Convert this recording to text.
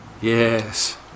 Yes